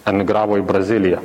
emigravo į braziliją